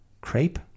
crepe